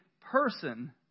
person